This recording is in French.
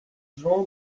jean